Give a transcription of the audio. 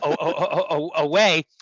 away